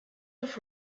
off